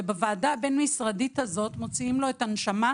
ובוועדה הבין-משרדית הזאת מוציאים לו את הנשמה.